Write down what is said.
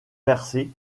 versé